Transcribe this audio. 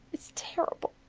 it's terrible.